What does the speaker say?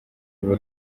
ruba